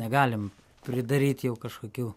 negalim pridaryt jau kažkokių